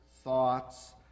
thoughts